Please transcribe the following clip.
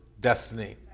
destiny